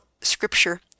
scripture